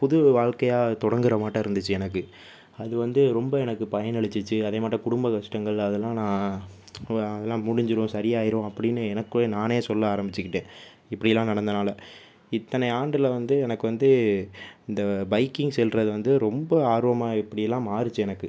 புது வாழ்க்கையாக தொடங்கிற மாட்டம் இருந்துச்சு எனக்கு அது வந்து ரொம்ப எனக்கு பயனளிச்சிச்சி அதேமாட்டம் குடும்ப கஷ்டங்கள் அதெலாம் நான் அதெலாம் முடிஞ்சுரும் சரியாயிரும் அப்படின்னு எனக்குள்ளே நானே சொல்ல ஆரம்பிச்சுக்கிட்டேன் இப்படியெல்லாம் நடந்தனால் இத்தனை ஆண்டில் வந்து எனக்கு வந்து இந்த பைக்கிங் செல்கிறது வந்து ரொம்ப ஆர்வமாக இப்படியெல்லாம் மாறிச்சு எனக்கு